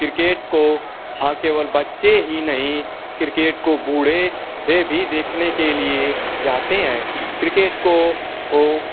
cricket को हाँ केवल बच्चे ही नहीं किर्केट को बूढ़े वे भी देखने के लिए जाते हैं किर्केट को वो